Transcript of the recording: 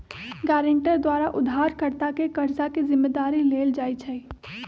guarantor द्वारा उधारकर्ता के कर्जा के जिम्मदारी लेल जाइ छइ